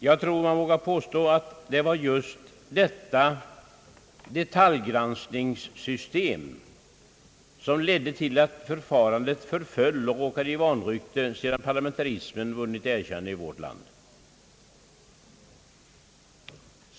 Jag tror att man vågar påstå, att det var just detta detaljgranskningssystem, som ledde till att förfarandet förföll och råkade i vanrykte sedan parlamentarismen vunnit erkännande i vårt land.